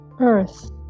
Earth